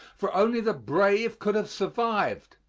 for only the brave could have survived.